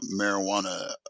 marijuana